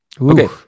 Okay